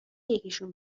یکیشون